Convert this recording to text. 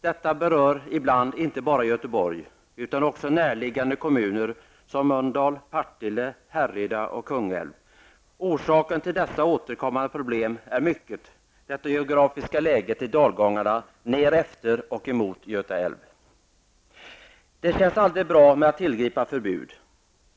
Detta berör ibland inte bara Göteborg utan också närliggande kommuner som Mölndal, Partille, Härryda och Kungälv. Orsaken till dessa återkommande problem är i hög grad det geografiska läget i dalgångarna längs med Göta älv. Det känns aldrig bra att tillgripa förbud.